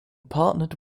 partnered